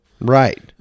right